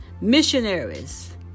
missionaries